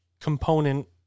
component